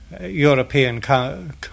European